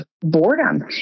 boredom